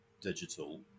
digital